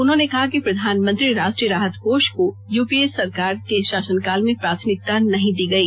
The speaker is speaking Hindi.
उन्होंने कहा कि प्रधानमंत्री राष्ट्रीय राहत कोष को यू पी ए सरकार के शासनकाल में प्राथमिकता नहीं दी गई